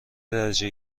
درجه